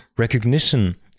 recognition